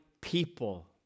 people